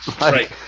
Right